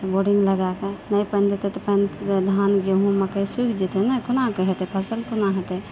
से boring लगाकऽ नहि पानि दतय तऽ पानि धान गेहूँ मक्कै सुखि जेतय नहि कोनाकऽ हेतय फसल कोना हेतय